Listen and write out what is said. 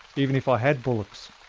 even if i had bullocks.